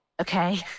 Okay